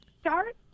Start